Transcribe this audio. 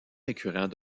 récurrent